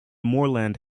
moorland